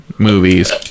Movies